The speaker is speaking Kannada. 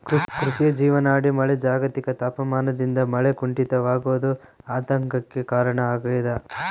ಕೃಷಿಯ ಜೀವನಾಡಿ ಮಳೆ ಜಾಗತಿಕ ತಾಪಮಾನದಿಂದ ಮಳೆ ಕುಂಠಿತವಾಗೋದು ಆತಂಕಕ್ಕೆ ಕಾರಣ ಆಗ್ಯದ